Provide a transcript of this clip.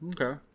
Okay